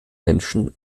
menschen